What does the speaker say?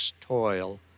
toil